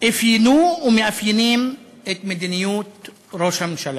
אפיינו ומאפיינות את מדיניות ראש הממשלה.